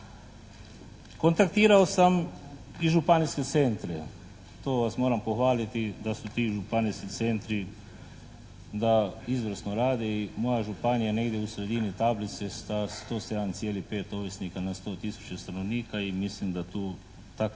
Kontaktirao sam i županijske centre. To vas moram pohvaliti da su ti županijski centri, da izvrsno rade i moja županija je negdje u sredini tablice sa 107,5 ovisnika na 100 tisuća stanovnika i mislim da tu, tako